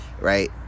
right